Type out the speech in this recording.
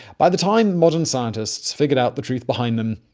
by the time modern scientists figured out the truth behind them,